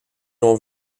l’on